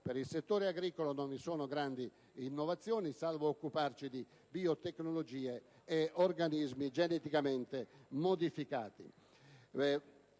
Per il settore agricolo non vi sono grandi innovazioni, salvo il fatto di occuparci di biotecnologie e organismi geneticamente modificati.